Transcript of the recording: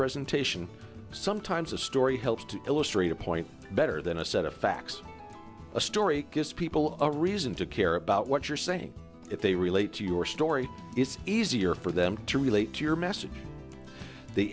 presentation sometimes a story helps to illustrate a point better than a set of facts a story gives people a reason to care about what you're saying if they relate to your story it's easier for them to relate to your message the